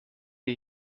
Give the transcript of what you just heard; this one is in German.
ihr